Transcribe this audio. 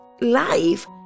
life